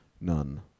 none